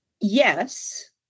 Yes